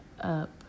up